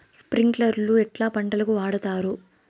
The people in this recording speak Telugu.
స్ప్రింక్లర్లు ఎట్లా పంటలకు వాడుతారు?